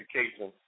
education